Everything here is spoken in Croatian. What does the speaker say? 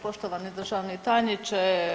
Poštovani državni tajniče.